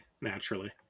naturally